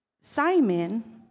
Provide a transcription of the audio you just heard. Simon